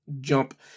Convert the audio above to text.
jump